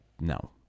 no